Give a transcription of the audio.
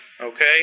Okay